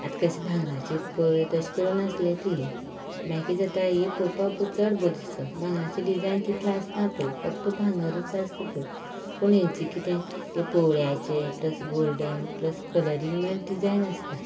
आतां कशी भांगराची पळय तशें करून आसले तीं मागी किदें जाता ही पळोवपा चड बरी दीस भांगराची डिजायन तितलो आसना पय फक्त भांगरूच आसता पय पूण हेंचें किदें ते पोवळ्याचे प्लस गोल्डन प्लस कलरींग म्हण डिजायन आसता